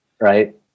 right